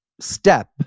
step